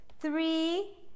three